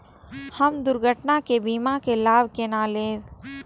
हम दुर्घटना के बीमा के लाभ केना लैब?